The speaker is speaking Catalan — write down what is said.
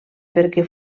perquè